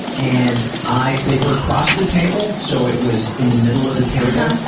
and i, they were across the table so it was in the middle of the table,